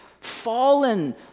Fallen